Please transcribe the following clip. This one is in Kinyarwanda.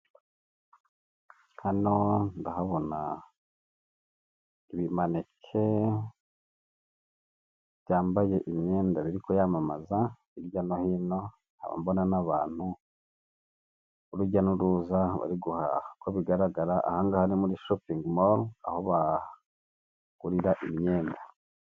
Hano ndahabona ibimaneke byambaye imyenda biri kuyamamaza, hirya no hino nkaba mbona n'abantu urujya n'uruza, uri guhaha ko bigaragara ahangaha muri shoping more aho bagurira imyenda.